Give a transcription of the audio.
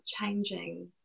changing